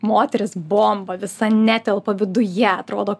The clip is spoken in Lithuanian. moteris bomba visa netelpa viduje atrodo